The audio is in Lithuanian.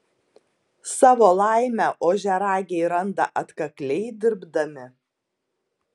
savo laimę ožiaragiai randa atkakliai dirbdami